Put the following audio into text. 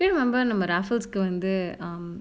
do you remember நம்ம:namma rafuls கு வந்து:ku vanthu um